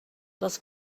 dels